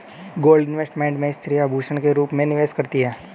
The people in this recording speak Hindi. गोल्ड इन्वेस्टमेंट में स्त्रियां आभूषण के रूप में निवेश करती हैं